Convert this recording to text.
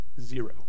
zero